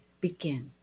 begin